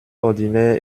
ordinaire